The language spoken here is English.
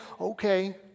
okay